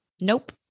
Nope